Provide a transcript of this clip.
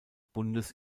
bundes